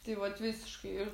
tai vat visiškai ir